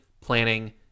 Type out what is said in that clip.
planning